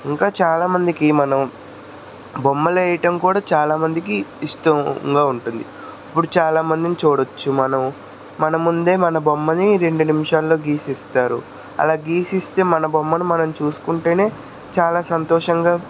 ఇంకా చాలామందికి మనం బొమ్మలు వేయటం కూడా చాలామందికి ఇష్టంగా ఉంటుంది ఇప్పుడు చాలామందిని చూడొచ్చు మనం మన ముందే మన బొమ్మని రెండు నిమిషాల్లో గీసి ఇస్తారు అలా గీసిస్తే మన బొమ్మను మనం చూసుకుంటేనే చాలా సంతోషంగా